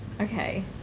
Okay